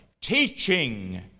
Teaching